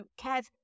Kev